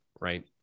right